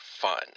fun